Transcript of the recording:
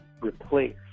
replace